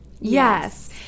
Yes